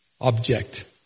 object